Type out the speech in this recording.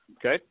Okay